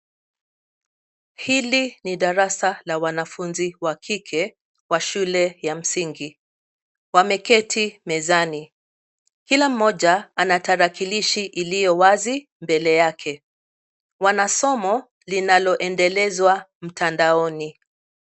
Hili ni darasa la wanafunzi wa kike wa shule ya msingi. Wameketi mezani. Kila mmoja ana tarakilishi iliyo wazi mbele yake. Wana somo linaloendelezwa mtandaoni.